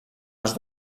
els